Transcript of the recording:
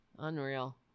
Unreal